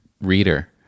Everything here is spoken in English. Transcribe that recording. reader